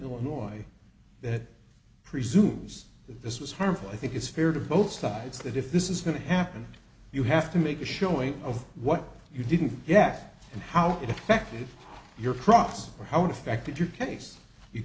illinois that presumes that this was harmful i think it's fair to both sides that if this is going to happen you have to make a showing of what you didn't get and how it affected your crops or how it affected your case you